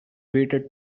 waited